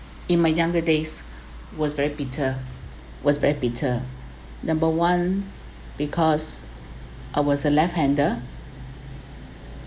in my younger days was very better was very better number one because I was a left hander